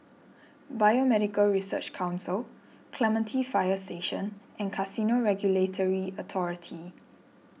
Biomedical Research Council Clementi Fire Station and Casino Regulatory Authority